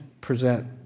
present